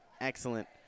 excellent